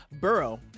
burrow